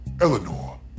Eleanor